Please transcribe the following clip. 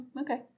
Okay